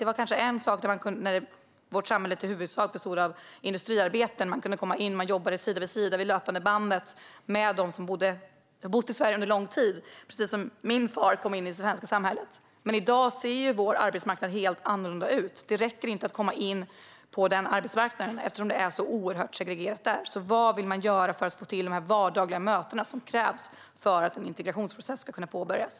Det kanske var en sak när vårt samhälle i huvudsak bestod av industriarbeten. Människor kunde komma in och jobbade sida vid sida vid det löpande bandet med dem som bott i Sverige under lång tid, precis som min far kom in i det svenska samhället. I dag ser vår arbetsmarknad helt annorlunda ut. Det räcker inte att komma in på arbetsmarknaden, eftersom det är så oerhört segregerat där. Vad vill man göra för att få till de vardagliga mötena som krävs för att en integrationsprocess ska kunna påbörjas?